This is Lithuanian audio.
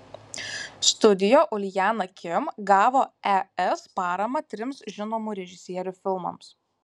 studio uljana kim gavo es paramą trims žinomų režisierių filmams